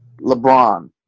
LeBron